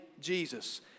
Jesus